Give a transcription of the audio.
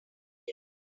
eve